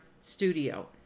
studio